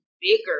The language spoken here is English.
bigger